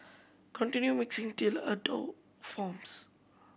continue mixing till a dough forms